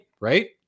right